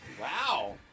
Wow